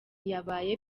yabaye